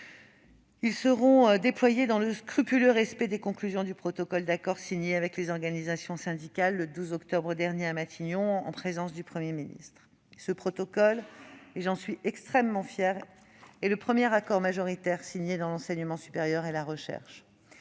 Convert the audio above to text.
Ils seront déployés dans le scrupuleux respect des conclusions du protocole d'accord signé avec les organisations syndicales le 12 octobre dernier à Matignon, en présence du Premier ministre. Ce protocole- j'en suis extrêmement fière -est le premier accord majoritaire dans l'enseignement supérieur et la recherche.